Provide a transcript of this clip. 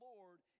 Lord